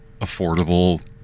affordable